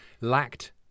lacked